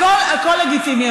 הכול לגיטימי.